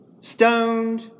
stoned